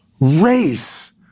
race